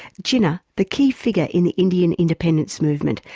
jinnah, the key figure in the indian independence movement,